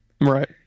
Right